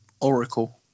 Oracle